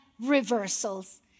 reversals